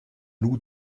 loups